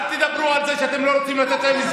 אל תדברו על זה שאתם לא רוצים לתת להם.